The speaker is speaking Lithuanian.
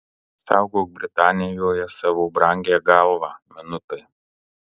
saugok britanijoje savo brangią galvą minutai